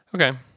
Okay